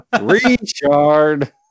richard